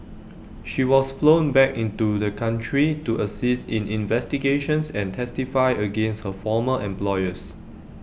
she was flown back into the country to assist in investigations and testify against her former employers